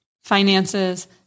finances